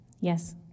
Yes